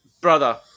brother